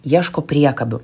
ieško priekabių